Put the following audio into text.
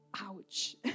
Ouch